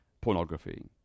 pornography